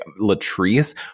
latrice